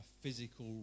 physical